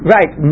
Right